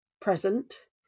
present